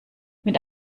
mit